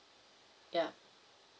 ya